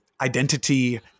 identity